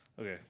Okay